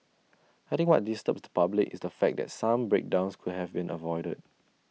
I think what disturbs the public is the fact that some breakdowns could have been avoidable